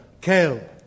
Kale